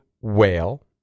Whale